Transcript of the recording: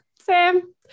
Sam